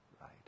right